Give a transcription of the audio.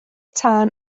tân